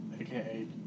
Aka